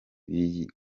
b’iyi